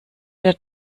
der